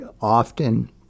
Often